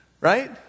Right